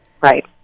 Right